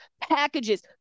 packages